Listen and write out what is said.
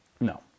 No